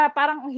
parang